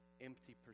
empty